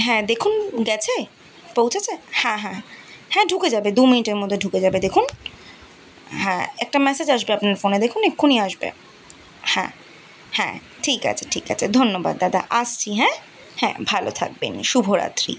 হ্যাঁ দেখুন গিয়েছে পৌঁছেছে হ্যাঁ হ্যাঁ হ্যাঁ হ্যাঁ ঢুকে যাবে দু মিনিটের মধ্যে ঢুকে যাবে দেখুন হ্যাঁ একটা মেসেজ আসবে আপনার ফোনে দেখুন এক্ষুনি আসবে হ্যাঁ হ্যাঁ ঠিক আছে ঠিক আছে ধন্যবাদ দাদা আসছি হ্যাঁ হ্যাঁ ভালো থাকবেন শুভ রাত্রি